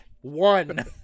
One